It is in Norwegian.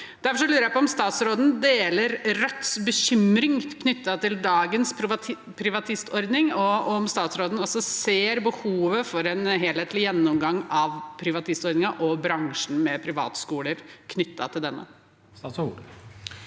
Derfor lurer jeg på om statsråden deler Rødts bekymring knyttet til dagens privatistordning, og om statsråden også ser behovet for en helhetlig gjennomgang av privatistordningen og bransjen med privatskoler knyttet til denne. Statsråd